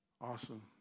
Awesome